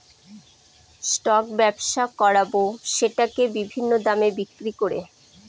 stock ব্যবসা করাবো সেটাকে বিভিন্ন দামে বিক্রি করে